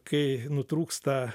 kai nutrūksta